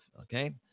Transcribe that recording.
Okay